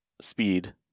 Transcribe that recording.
speed